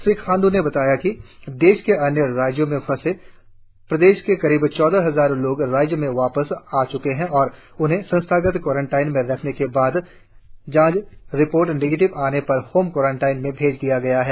श्री खांड् ने बताया कि देश के अन्य राज्यों में फंसे हुए प्रदेश के करीब चौदह हजार लोग राज्य में वापस आ च्के है और उन्हें संस्थागत क्वारेटिन में रखने के बाद जांच रिपोर्ट निगेटिव आने पर होम क्वारेटिन में भेज दिया गया है